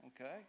okay